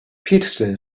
paterson